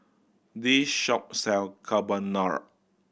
this shop sell Carbonara